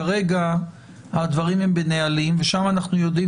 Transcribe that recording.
כרגע הדברים הם בנהלים ושם אנחנו יודעים